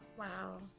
Wow